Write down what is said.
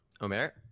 Omer